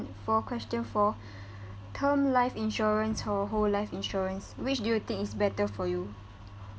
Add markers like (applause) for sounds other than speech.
for question four (breath) term life insurance or whole life insurance which do you think is better for you